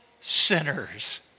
sinners